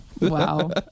wow